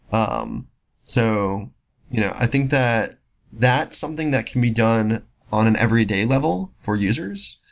um so you know i think that that's something that can be done on an everyday level for users.